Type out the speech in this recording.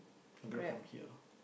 Grab from here